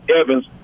Evans